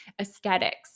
aesthetics